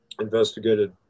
investigated